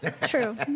true